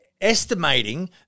estimating